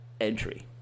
entry